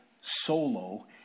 solo